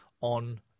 on